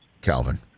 Calvin